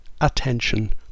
Attention